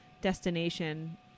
destination